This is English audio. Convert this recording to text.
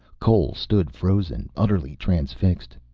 cole stood frozen, utterly transfixed.